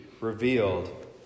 revealed